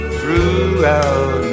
throughout